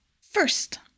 First